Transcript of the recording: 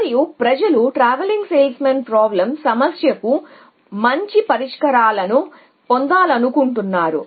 మరియు ప్రజలు TSP సమస్యకు మంచి పరిష్కారాలను పొందాలనుకుంటున్నారు